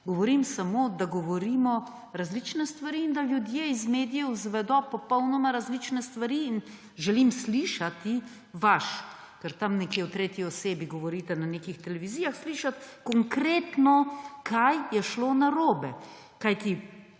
Govorim samo, da govorimo različne stvari in da ljudje iz medijev izvedo popolnoma različne stvari. Slišati želim, ker tam nekje v tretji osebi govorite na nekih televizijah, slišati konkretno, kaj je šlo narobe. Kajti,